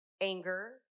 anger